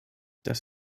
das